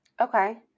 Okay